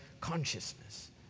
consciousness